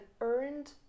earned